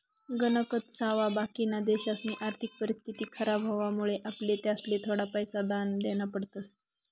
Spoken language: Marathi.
गणकच सावा बाकिना देशसनी आर्थिक परिस्थिती खराब व्हवामुळे आपले त्यासले थोडा पैसा दान देना पडतस